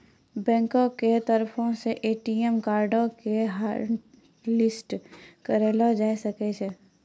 बैंको के तरफो से ए.टी.एम कार्डो के हाटलिस्टो करलो जाय सकै छै